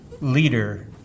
leader